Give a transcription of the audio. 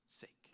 sake